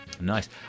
nice